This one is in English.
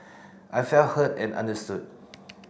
I felt heard and understood